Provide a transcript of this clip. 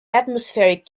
atmospheric